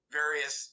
various